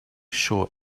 sure